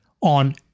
on